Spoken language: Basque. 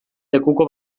lekuko